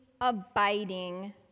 abiding